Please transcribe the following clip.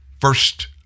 First